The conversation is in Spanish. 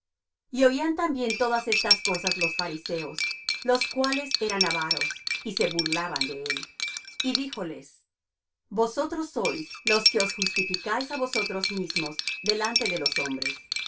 y oían también todas estas cosas los fariseos los cuales eran avaros y se burlaban de él y díjoles vosotros sois los que os justificáis á vosotros mismos delante de los hombres